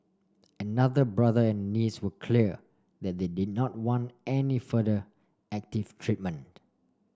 another brother and a niece were clear that they did not want any further active treatment